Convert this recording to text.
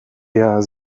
der